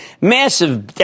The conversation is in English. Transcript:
massive